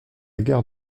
gare